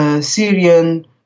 Syrian